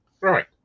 right